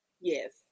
Yes